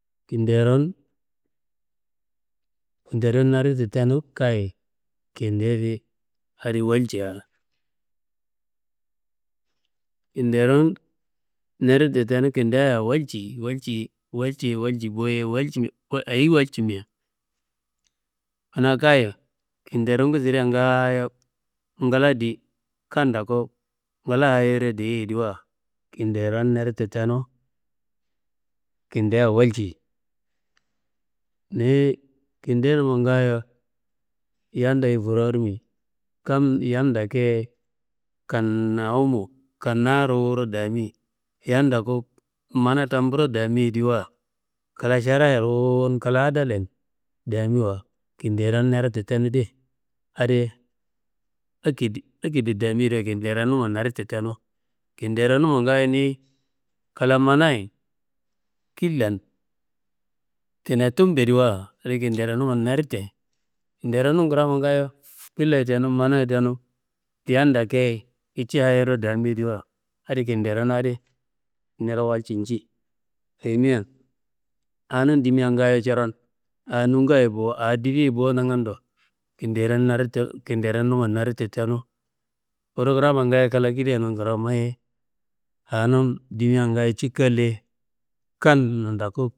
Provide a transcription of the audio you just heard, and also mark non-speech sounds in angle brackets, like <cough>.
Kinderon naditu tenu kayi kinde di adi walcea? Kiderom naditu tenu kindea walci, Walci ye walci bo- ye <hesitation> ayi walcimea kanaa kayi kinderongu sire ngaayo ngla di, kan toku nglayero diyeiyediwa, kinderon neditu tenu kindea walci. Niyi Kindenuma ngaayo, yam doye furawuromi, kam yam tokuye kannawumu, kannaaruwuro dami, yam toku mana tamburo damiyediwa, kla šarayen ruwun kla adaliyen damiwa, kinderom neditu tenudi adi akedo damiwa kinderonuma neditu tenu. Kinderonuma ngaayo niyi kla manayen, killan, tinetumbeyediwa, adi kinderonuma nadutiye. Kinderonum kramma ngaayo killaye tenu manaye tenu, yam tokiye kici hayiro damiyediwa adi kinderonuma adi niro walci nji, ayimia awonun dimia ngaayo coron awo nunga ye bo awo difi ye bo nagando <hesitation> kinderonuma neditu tenu, kuru kramma ngaayo kla kideyenun krammoye awonum dimea ngaayo cikaliye, kanun ndaku.